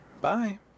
Bye